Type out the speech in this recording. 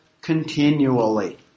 continually